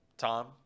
Tom